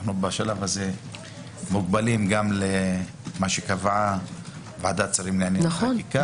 אנחנו בשלב הזה מוגבלים גם למה שקבעה ועדת שרים לענייני חקיקה -- נכון.